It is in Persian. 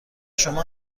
شما